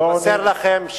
לבשר לכם,